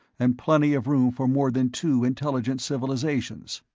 and plenty of room for more than two intelligent civilizations.